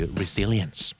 resilience